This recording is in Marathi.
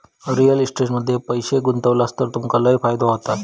रिअल इस्टेट मध्ये पैशे गुंतवलास तर तुमचो लय फायदो होयत